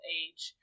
age